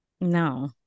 No